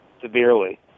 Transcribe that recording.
severely